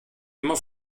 immer